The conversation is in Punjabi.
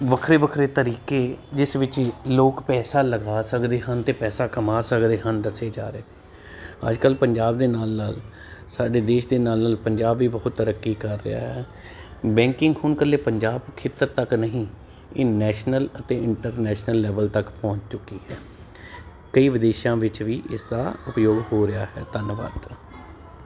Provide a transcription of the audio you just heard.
ਵੱਖਰੇ ਵੱਖਰੇ ਤਰੀਕੇ ਜਿਸ ਵਿੱਚ ਲੋਕ ਪੈਸਾ ਲਗਾ ਸਕਦੇ ਹਨ ਅਤੇ ਪੈਸਾ ਕਮਾ ਸਕਦੇ ਹਨ ਦੱਸੇ ਜਾ ਰਹੇ ਅੱਜ ਕੱਲ੍ਹ ਪੰਜਾਬ ਦੇ ਨਾਲ ਨਾਲ ਸਾਡੇ ਦੇਸ਼ ਦੇ ਨਾਲ ਨਾਲ ਪੰਜਾਬ ਵੀ ਬਹੁਤ ਤਰੱਕੀ ਕਰ ਰਿਹਾ ਹੈ ਬੈਂਕਿੰਗ ਹੁਣ ਇਕੱਲੇ ਪੰਜਾਬ ਖੇਤਰ ਤੱਕ ਨਹੀਂ ਇਹ ਨੈਸ਼ਨਲ ਅਤੇ ਇੰਟਰਨੈਸ਼ਨਲ ਲੈਵਲ ਤੱਕ ਪਹੁੰਚ ਚੁੱਕੀ ਹੈ ਕਈ ਵਿਦੇਸ਼ਾਂ ਵਿੱਚ ਵੀ ਇਸਦਾ ਉਪਯੋਗ ਹੋ ਰਿਹਾ ਹੈ ਧੰਨਵਾਦ